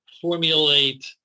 formulate